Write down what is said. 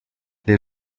les